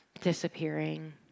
disappearing